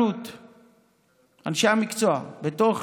אנשי המקצוע בתוך